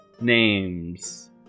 names